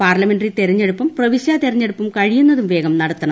parliamentary തിരഞ്ഞെടുപ്പും പ്രവിശ്യാ തിരഞ്ഞെടുപ്പും കഴിയുന്നതുംവേഗം നടത്തണം